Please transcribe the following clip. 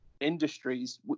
industries